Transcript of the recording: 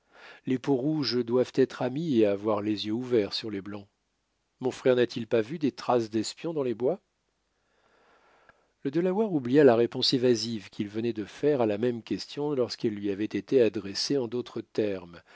les peaux-rouges doivent être amies et avoir les yeux ouverts sur les blancs mon frère n'a-t-il pas vu des traces d'espions dans les bois le delaware oublia la réponse évasive qu'il venait de faire à la même question lorsqu'elle lui avait été adressée en d'autres termes